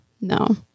no